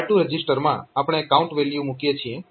તો R2 રજીસ્ટરમાં આપણે કાઉન્ટ વેલ્યુ મૂકીએ છીએ